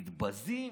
מתבזים,